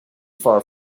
far